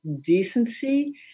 decency